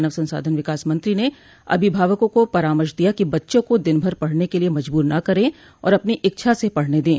मानव संसाधन विकास मंत्री ने अभिभावकों को परामर्श दिया कि बच्चों को दिनभर पढ़ने के लिए मजबूर न करें और अपनी इच्छा से पढ़ने दें